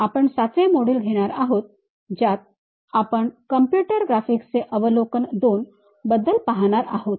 आपण ७ वे मोड्यूल घेणार आहोत ज्यात आपण कॉम्प्युटर ग्राफिक्स चे अवलोकन II बद्दल पाहणार आहोत